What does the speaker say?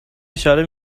اشاره